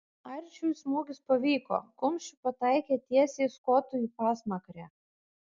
arčiui smūgis pavyko kumščiu pataikė tiesiai skotui į pasmakrę